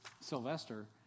Sylvester